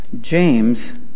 James